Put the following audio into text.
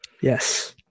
Yes